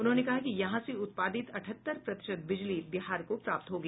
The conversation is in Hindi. उन्होंने कहा कि यहां से उत्पादित अठहत्तर प्रतिशत बिजली बिहार को प्राप्त होगी